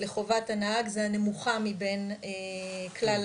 לחובת הנהג זה הנמוכה מבין כלל